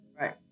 right